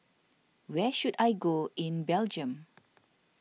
where should I go in Belgium